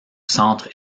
centre